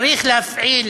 צריך להפעיל